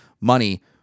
money